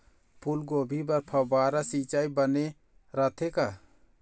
फूलगोभी बर फव्वारा सिचाई बने रथे का?